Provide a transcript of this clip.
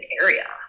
area